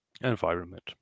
environment